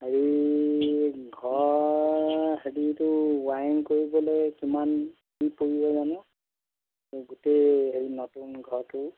হেৰি ঘৰৰ হেৰিটো ৱাৰিং কৰিবলৈ কিমান কি পৰিব জানো গোটেই হেৰি নতুন ঘৰটো